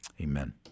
amen